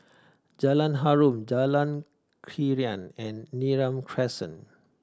Jalan Harum Jalan Krian and Neram Crescent